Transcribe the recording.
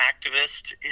activist